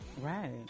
Right